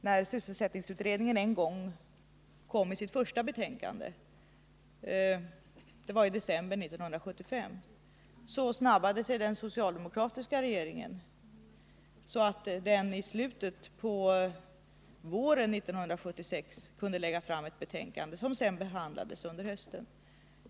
När sysselsättningsutredningen en gång lade fram sitt första betänkande — det var i december 1975 — snabbade sig den socialdemokratiska regeringen så att den i slutet på våren 1976 kunde lägga fram ett förslag som behandlades under hösten.